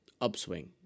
upswing